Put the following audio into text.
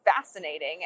fascinating